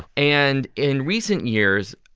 and in recent years,